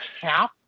half